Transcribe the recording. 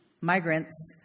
migrants